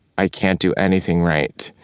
i can't do anything right,